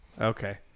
Okay